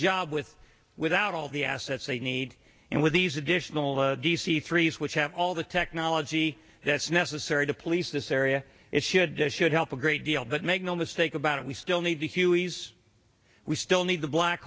job with without all the assets they need and with these additional d c three which have all the technology that's necessary to police this area it should should help a great deal but make no mistake about it we still need to huey's we still need the black